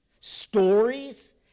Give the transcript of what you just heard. stories